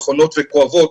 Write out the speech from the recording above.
נכונות וכואבות